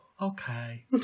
okay